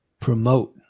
promote